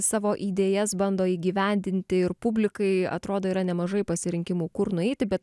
savo idėjas bando įgyvendinti ir publikai atrodo yra nemažai pasirinkimų kur nueiti bet